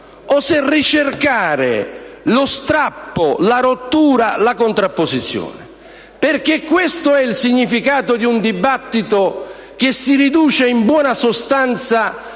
o se ricercare lo strappo, la rottura, la contrapposizione. Questo è il significato di un dibattito che si riduce in buona sostanza